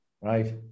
right